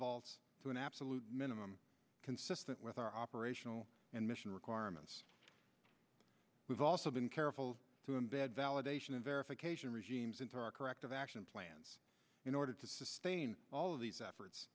classified to an absolute minimum consistent with our operational and mission requirements we've also been careful to embed validation of verification regimes into our corrective action plans in order to sustain all of these efforts